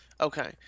Okay